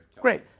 Great